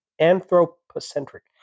anthropocentric